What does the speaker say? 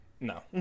No